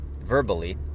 verbally